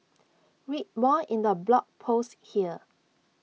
read more in the blog post here